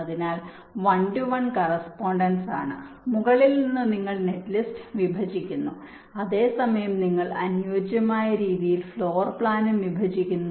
അതിനാൽ one to one correspondence ആണ് മുകളിൽ നിന്ന് നിങ്ങൾ നെറ്റ്ലിസ്റ്റ് വിഭജിക്കുന്നു അതേ സമയം നിങ്ങൾ അനുയോജ്യമായ രീതിയിൽ ഫ്ലോർ പ്ലാനും വിഭജിക്കുന്നു